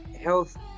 health